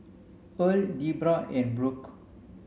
Earl Debra and Brooke